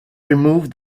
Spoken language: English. removed